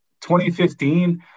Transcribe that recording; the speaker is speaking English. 2015